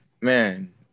man